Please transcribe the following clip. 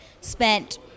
spent